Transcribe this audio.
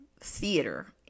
Theater